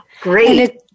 Great